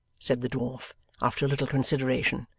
said the dwarf after a little consideration.